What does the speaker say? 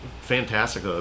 fantastic